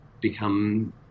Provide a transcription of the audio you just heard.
become